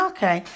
Okay